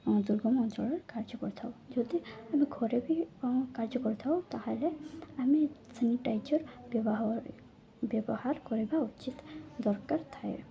ଦୁର୍ଗମ ଅଞ୍ଚଳରେ କାର୍ଯ୍ୟ କରିଥାଉ ଯଦି ଆମେ ଘରେ ବି ଆମ କାର୍ଯ୍ୟ କରିଥାଉ ତା'ହେଲେ ଆମେ ସାନିଟାଇଜର୍ ବ୍ୟବହାର ବ୍ୟବହାର କରିବା ଉଚିତ ଦରକାର ଥାଏ